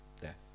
death